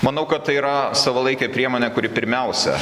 manau kad tai yra savalaikė priemonė kuri pirmiausia